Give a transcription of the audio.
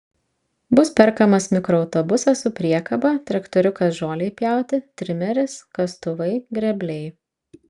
bus perkamas mikroautobusas su priekaba traktoriukas žolei pjauti trimeris kastuvai grėbliai